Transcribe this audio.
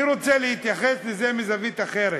אני רוצה להתייחס לזה מזווית אחרת: